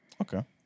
Okay